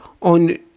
on